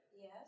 Yes